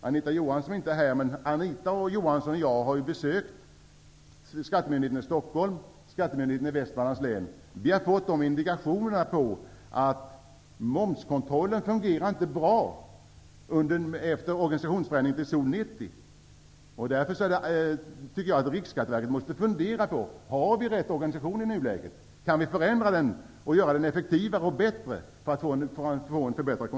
Anita Johansson -- som inte är här nu -- och jag har besökt skattemyndigheten i Stockholm och i Västmanlands län. Vi fick då indikationer på att momskontrollen inte fungerar bra efter organisationsförändringen 1990. Därför borde man på Riksskatteverket fundera över organisationen och tänka efter om den kan förändras så, att kontrollen blir effektivare och bättre.